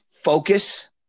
Focus